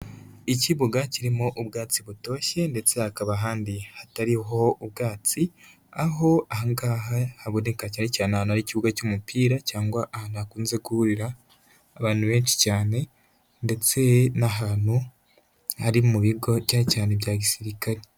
Ikibuga kirimo ubwatsi butoshye ndetse hakaba ahandi hatariho ubwatsi, aho aha ngaha haboneka cyane cyane ahantuna hari ikibuga cy'umupira cyangwa ahantu hakunze kuhurira abantu benshi cyane, ndetse n'ahantu hari mu bigo cyane cyane ibya gisirikare.